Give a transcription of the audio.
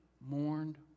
mourned